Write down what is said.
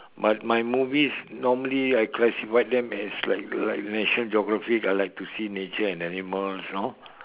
but my movies normally I classify them as like like national geography I like to see nature and animals you know